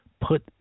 put